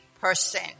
person